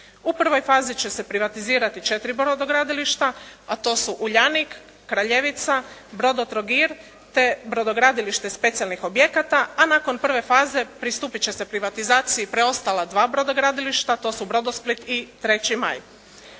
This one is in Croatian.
U prvoj fazi će se privatizirati četiri brodogradilišta a to su "Uljanik", "Kraljevica", "Brodotrogir" te Brodogradilište specijalnih objekata a nakon prve faze pristup će se privatizaciji preostala sva brodogradilišta a to su "Brodosplit" i "3. maj".